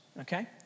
Okay